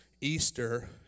Easter